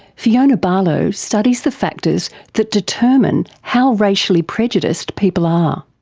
fiona barlow studies the factors that determine how racially prejudiced people are.